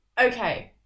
Okay